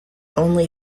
only